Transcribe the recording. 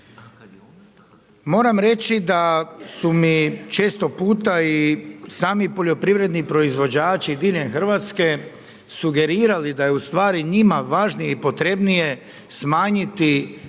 Moram reći da su mi često puta i sami poljoprivredni proizvođači diljem Hrvatske sugerirali da je u stvari njima važnije i potrebnije smanjiti PDV na